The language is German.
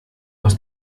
aus